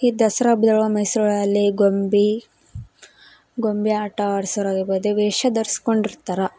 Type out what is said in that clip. ಈ ದಸ್ರಾ ಹಬ್ಬದೊಳಗ್ ಮೈಸೂರಲ್ಲಿ ಗೊಂಬೆ ಗೊಂಬೆ ಆಟ ಆಡ್ಸೋರಾಗಿರ್ಬೋದು ವೇಷ ಧರ್ಸ್ಕೊಂಡಿರ್ತಾರೆ